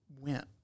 went